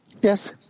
Yes